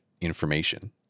information